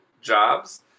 jobs